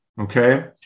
okay